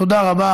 תודה רבה.